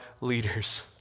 leaders